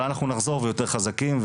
אבל אנחנו נחזור ויותר חזקים,